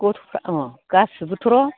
गथ'फ्रा अ गासिबोथ'र'